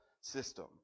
system